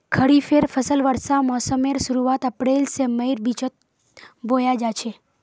खरिफेर फसल वर्षा मोसमेर शुरुआत अप्रैल से मईर बिचोत बोया जाछे